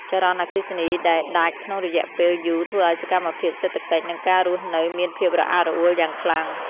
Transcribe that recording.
ចរន្តអគ្គិសនីដែលដាច់ក្នុងរយៈពេលយូរធ្វើឱ្យសកម្មភាពសេដ្ឋកិច្ច និងការរស់នៅមានភាពរអាក់រអួលយ៉ាងខ្លាំង។